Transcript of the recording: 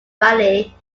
valley